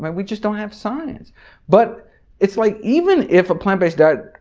but we just don't have science but it's like even if a plant-based diet,